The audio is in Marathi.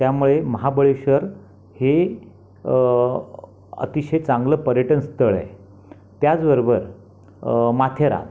त्यामुळे महाबळेश्वर हे अतिशय चांगलं पर्यटनस्थळ आहे त्याचबरोबर माथेरान